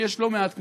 ויש לא מעט כמותנו,